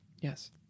Yes